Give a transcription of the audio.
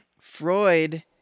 Freud